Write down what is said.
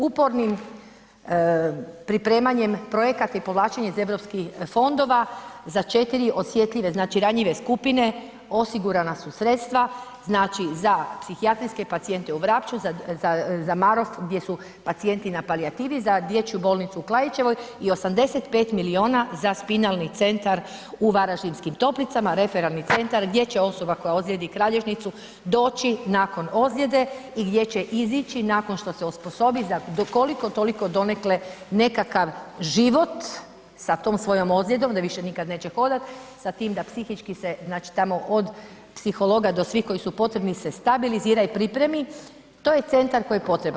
Upornim pripremanjem projekata i povlačenje iz europskih fondova, za 4 osjetljive, znači ranjive skupine, osigurana su sredstva, znači za psihijatrijske pacijente u Vrapču, za Marof gdje su pacijenti na palijativi, za Dječju bolnicu u Klaićevoj i 85 milijuna za Spinalni centar u varaždinskim toplicama, referalni centar gdje će osoba koja ozlijedi kralježnicu doći nakon ozljede i gdje će izići nakon što se osposobi do koliko toliko donekle nekakav život sa tom svojom ozljedom da nikad više neće hodat, sa tim da psihički se znači tamo od psihologa do svih koji su potrebni se stabilizira i pripremi, to je centar koji je potreban.